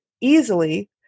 easily